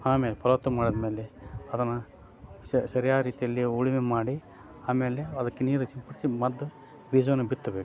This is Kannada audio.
ಆಮೇಲೆ ಫಲವತ್ತು ಮಾಡಿದಮೇಲೆ ಅದನ್ನು ಸರಿಯಾದ ರೀತಿಯಲ್ಲಿ ಉಳುಮೆ ಮಾಡಿ ಆಮೇಲೆ ಅದಕ್ಕೆ ನೀರು ಸಿಂಪಡಿಸಿ ಮೊದ್ಲ್ ಬೀಜವನ್ನು ಬಿತ್ತಬೇಕು